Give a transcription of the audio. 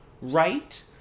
right